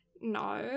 no